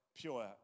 Pure